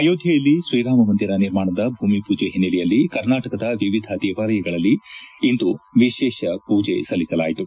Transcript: ಅಯೋಧ್ಲೆಯಲ್ಲಿ ಶ್ರೀರಾಮ ಮಂದಿರ ನಿರ್ಮಾಣದ ಭೂಮಿಪೂಜೆ ಹಿನ್ನೆಲೆಯಲ್ಲಿ ಕರ್ನಾಟಕದ ವಿವಿಧ ದೇವಾಲಯಗಳಲ್ಲಿ ಇಂದು ವಿಶೇಷ ಮೂಜೆ ಸಲ್ಲಿಸಲಾಯಿತು